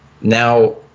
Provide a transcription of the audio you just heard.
Now